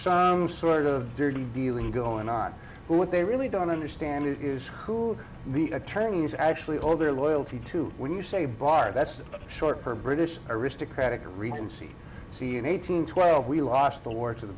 some sort of dirty dealing going on but what they really don't understand is the attorneys actually hold their loyalty to when you say bar that's short for british aristocratic regency see an eighteen twelve we lost the war